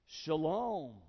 Shalom